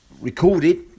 recorded